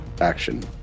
action